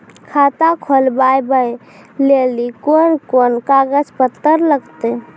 खाता खोलबाबय लेली कोंन कोंन कागज पत्तर लगतै?